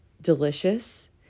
delicious